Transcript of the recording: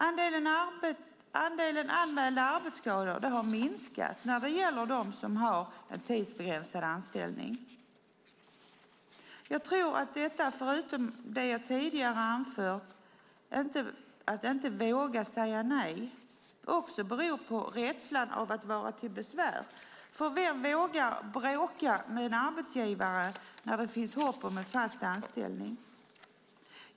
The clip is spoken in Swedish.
Andelen anmälda arbetsskador har minskat när det gäller dem som har en tidsbegränsad anställning. Jag tror att detta, förutom det jag tidigare anfört om att inte våga säga nej, beror på rädslan av att vara till besvär. Vem vågar "bråka" med en arbetsgivare när det finns hopp om en fast anställning?